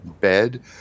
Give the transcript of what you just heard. bed